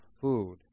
food